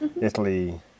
Italy